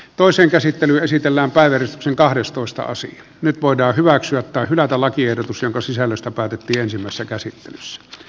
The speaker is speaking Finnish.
toisen käsittely esitellään päivystyksen kahdestoista sija nyt voidaan hyväksyä tai hylätä lakiehdotus jonka sisällöstä päätettiin ensimmäisessä käsittelyssä